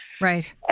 Right